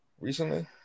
recently